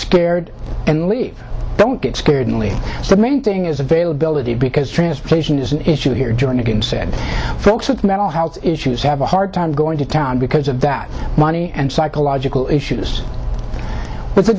scared and leave don't get scared and leave so the main thing is availability because transportation is an issue here joining him said folks with mental health issues have a hard time going to town because of that money and psychological issues but the